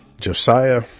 Josiah